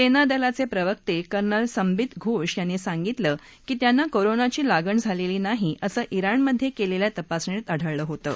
समीदलाच प्रवक्त केर्नल संबित घोष यांनी सांगितलं की त्यांना कोरोनाची लागण झालसी नाही असं श्राणमधकलिल्खा तपासणीत आढळलं होतं